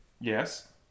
Yes